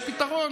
יש פתרון,